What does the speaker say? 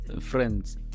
Friends